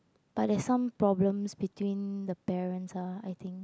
but there's some problems between the parents ah I think